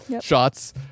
shots